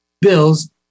bills